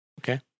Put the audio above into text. Okay